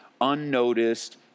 unnoticed